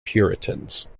puritans